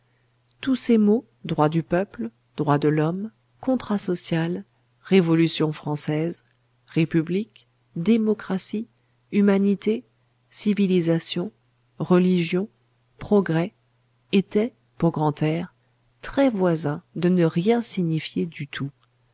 tous ces mots droit du peuple droits de l'homme contrat social révolution française république démocratie humanité civilisation religion progrès étaient pour grantaire très voisins de ne rien signifier du tout